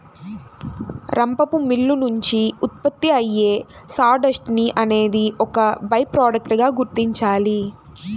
రంపపు మిల్లు నుంచి ఉత్పత్తి అయ్యే సాడస్ట్ ని అనేది ఒక బై ప్రొడక్ట్ గా గుర్తించాలి